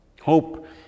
Hope